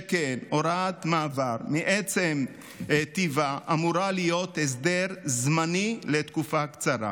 שכן הוראת המעבר מעצם טיבה אמורה להיות הסדר זמני לתקופה קצרה.